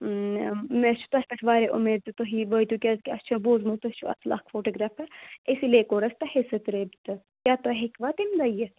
ٲم مےٚ مےٚ چھِ تۄہہ پٮ۪ٹھ واریاہ اُمید کہِ تُہی وٲتِو کیازِکہ اَسہ چُھ بوزمُتۍ کہ تُہی چھو اصل اکھ فوٹوگرافر اسی لیے کوٛر اَسہِ تۄہے سۭتۍ رٲبتہ کیاہ تُہۍ ہیٚکوا تمہ دوہ یِتھ